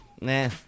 Nah